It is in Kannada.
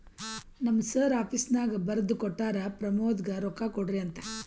ನಮ್ ಸರ್ ಆಫೀಸ್ನಾಗ್ ಬರ್ದು ಕೊಟ್ಟಾರ, ಪ್ರಮೋದ್ಗ ರೊಕ್ಕಾ ಕೊಡ್ರಿ ಅಂತ್